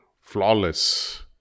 flawless